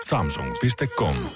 Samsung.com